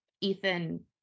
Ethan